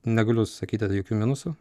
negaliu sakyti jokių minusų